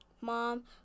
Mom